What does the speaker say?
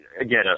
again